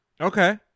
Okay